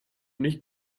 nicht